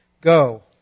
Go